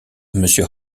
monsieur